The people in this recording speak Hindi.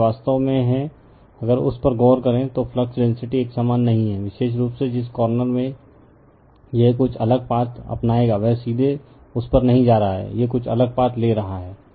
तो यह वास्तव में है अगर उस पर गौर करें तो फ्लक्स डेंसिटी एक समान नहीं है विशेष रूप से जिस कार्नर में यह कुछ अलग पाथ अपनाएगा वह सीधे उस पर नहीं जा रहा है यह कुछ अलग पाथ ले रहा है